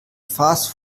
fast